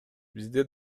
бизде